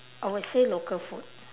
I would say local food